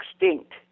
extinct